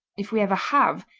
if we ever have,